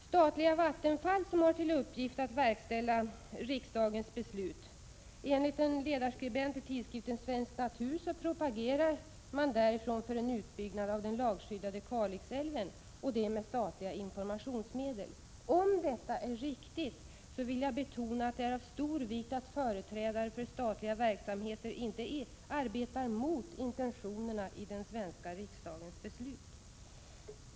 Statliga Vattenfall, som har till uppgift att verkställa riksdagens beslut, propagerar enligt en ledarskribent i tidskriften Svensk Natur för en utbyggnad av den lagskyddade Kalixälven och det med statliga informationsmedel. Om detta är riktigt, vill jag betona att det är av stor vikt att företrädare för statliga verksamheter inte arbetar mot intentionerna i den svenska riksdagens beslut!